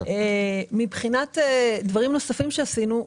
דברים נוספים שעשינו.